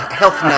health